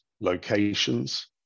locations